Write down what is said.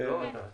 כן.